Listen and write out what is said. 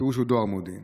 הפירוש הוא דואר מודיעין.